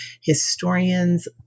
historians